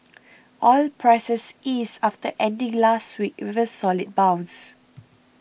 oil prices eased after ending last week with a solid bounce